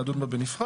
נדון בה בנפרד,